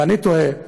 ואני תוהה: